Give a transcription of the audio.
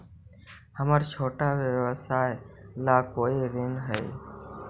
हमर छोटा व्यवसाय ला कोई ऋण हई?